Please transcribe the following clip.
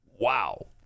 Wow